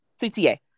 CTA